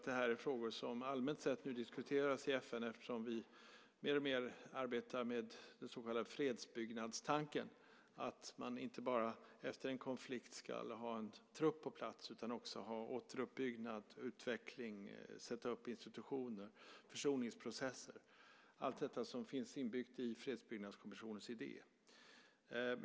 Det här är frågor som allmänt diskuteras i FN eftersom vi mer och mer arbetar med den så kallade fredsbyggnadstanken, det vill säga att man efter en konflikt inte bara ska ha trupp på plats utan också återuppbyggnad, utveckling och sätta upp institutioner - försoningsprocesser. Allt detta finns inbyggt i fredsbyggnadskommissionens idé.